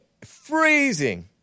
Freezing